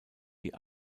die